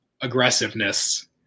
aggressiveness